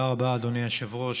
תודה רבה, אדוני היושב-ראש.